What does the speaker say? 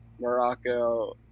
Morocco